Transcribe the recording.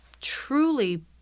truly